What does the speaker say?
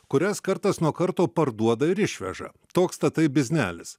kurias kartas nuo karto parduoda ir išveža toks tatai biznelis